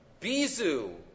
Bizu